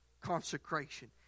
consecration